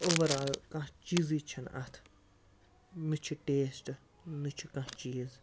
over all کانٛہہ چیٖزٕے چھُنہِ اَتھ نہَ چھُ ٹیٚسٹہٕ نہَ چھُ کانٛہہ چیٖز